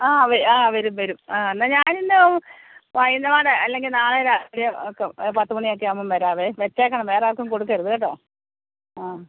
ആ വരും വരും ആ എന്നാൽ ഞാനിന്ന് വൈകുന്നേരത്തോടെ അല്ലെങ്കിൽ നാളെ രാവിലെയോ ഒക്കെ പത്ത് മണിയൊക്കെ ആവുമ്പം വരാവെ വച്ചേക്കണം വേറാർക്കും കൊടുക്കരുത് കേട്ടൊ ആ